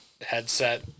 headset